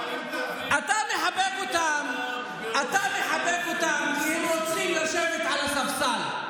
אתה מחבק אותם כי הם רוצים לשבת על הספסל.